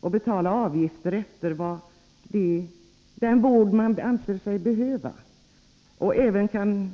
och betala avgifter efter den vård man anser sig behöva, sägs det.